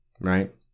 right